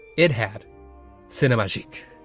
it had cinemagique.